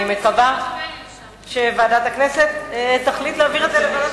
אני מקווה שוועדת הכנסת תחליט להעביר את זה לוועדת